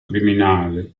criminale